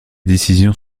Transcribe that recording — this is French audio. décisions